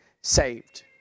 saved